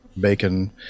Bacon